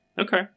Okay